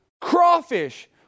crawfish